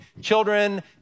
children